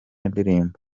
indirimbo